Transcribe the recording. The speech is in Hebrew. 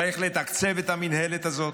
צריך לתקצב את המינהלת הזאת,